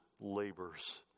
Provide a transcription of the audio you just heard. labors